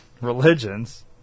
religions